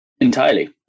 Entirely